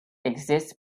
exists